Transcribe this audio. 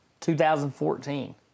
2014